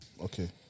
Okay